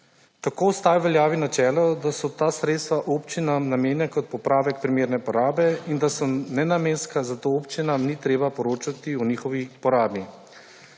Tako ostaja v veljavi načelo, da so ta sredstva občinam namenjena kot popravek primerne porabe in da so nenamenska, zato občinam ni treba poročati o njihovi porabi.